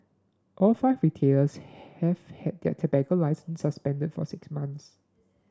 all five retailers have had their tobacco licences suspended for six months